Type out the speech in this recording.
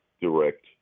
direct